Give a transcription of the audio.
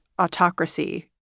autocracy